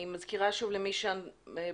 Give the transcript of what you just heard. אני מזכירה שוב למי שאיתנו,